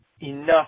enough